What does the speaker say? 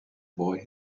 boy